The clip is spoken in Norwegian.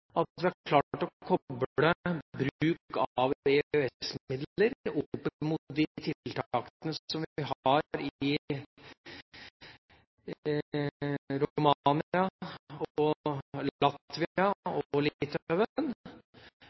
at vi har klart å koble bruk av EØS-midler opp mot de tiltakene som vi har i Romania, Latvia og Litauen, og